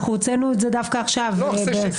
אנחנו הוצאנו את זה דווקא עכשיו בסעיף